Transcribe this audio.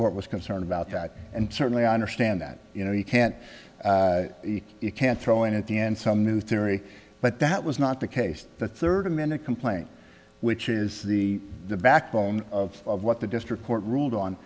court was concerned about that and certainly i understand that you know you can't you can't throw in at the end some new theory but that was not the case the third amended complaint which is the backbone of what the district court ruled on